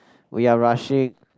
we are rushing